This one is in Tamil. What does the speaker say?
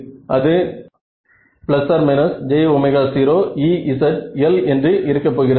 அது j0Ezl என்று இருக்க போகிறது